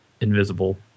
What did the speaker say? Invisible